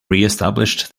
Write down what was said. reestablished